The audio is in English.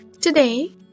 Today